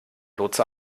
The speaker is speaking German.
lotse